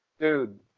Dude